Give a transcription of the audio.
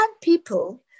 people